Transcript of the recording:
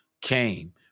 came